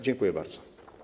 Dziękuję bardzo.